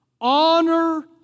honor